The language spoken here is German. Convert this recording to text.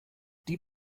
die